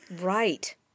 Right